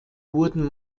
wurden